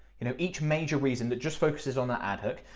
you know each major reason that just focuses on that ad hook.